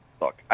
Look